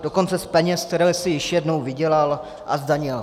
Dokonce z peněz, které jsi již jednou vydělal a zdanil.